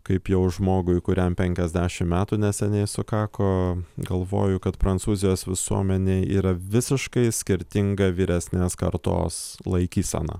kaip jau žmogui kuriam penkiasdešim metų neseniai sukako galvoju kad prancūzijos visuomenėj yra visiškai skirtinga vyresnės kartos laikysena